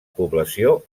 població